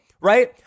right